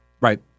Right